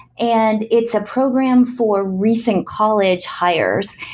and it's a program for recent college hires.